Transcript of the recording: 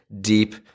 deep